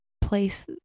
place